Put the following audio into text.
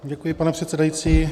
Děkuji, pane předsedající.